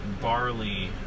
barley